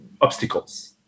obstacles